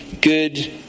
good